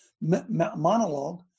monologue